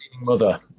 Mother